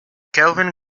kelvin